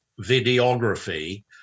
videography